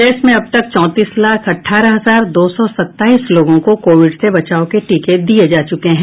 प्रदेश में अब तक चौंतीस लाख अठारह हजार दो सौ सत्ताईस लोगों को कोविड से बचाव के टीके दिये जा चुके हैं